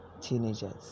teenagers